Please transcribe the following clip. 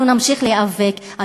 אנחנו נמשיך להיאבק.